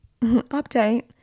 update